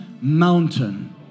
mountain